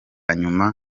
nyuma